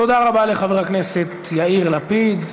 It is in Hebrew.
תודה רבה לחבר הכנסת יאיר לפיד.